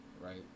right